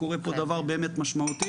קורה פה דבר באמת משמעותי.